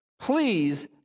Please